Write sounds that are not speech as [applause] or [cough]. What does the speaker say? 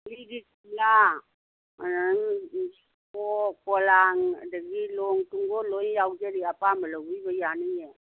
ꯂꯤꯒꯤ [unintelligible] ꯄꯣꯂꯥꯡ ꯑꯗꯒꯤ ꯂꯣꯡ ꯇꯨꯡꯒꯣꯜ ꯂꯣꯏ ꯌꯥꯎꯖꯔꯤ ꯑꯄꯥꯝꯕ ꯂꯧꯕꯤꯕ ꯌꯥꯅꯤꯌꯦ